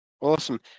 Awesome